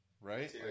Right